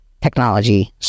technology